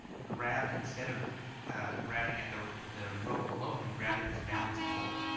grabbed instead of grabbing at the the rope below him, grabbed at his balance pole,